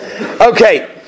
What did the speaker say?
okay